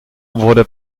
wurde